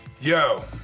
Yo